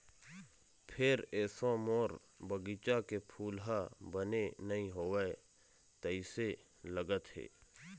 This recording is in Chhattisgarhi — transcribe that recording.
फेर एसो मोर बगिचा के फूल ह बने नइ होवय तइसे लगत हे